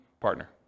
partner